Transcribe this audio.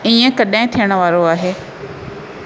ईअं कॾहिं थियणु वारो आहे